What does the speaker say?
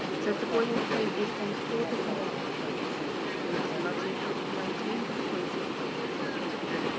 so if the boiling point is seventy four, the condensing point is seventy four. if the melting point is nineteen, the freezing point is nineteen.